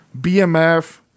BMF